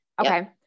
Okay